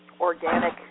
organic